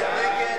נגד?